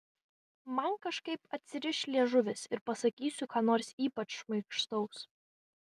man kažkaip atsiriš liežuvis ir pasakysiu ką nors ypač šmaikštaus